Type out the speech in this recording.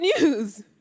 news